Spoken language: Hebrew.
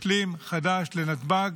משלים לנתב"ג.